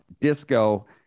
disco